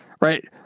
right